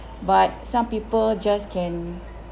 but some people just can